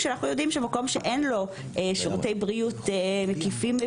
ועל מקום שאין לו שירותי בריאות מקיפים.